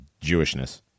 Jewishness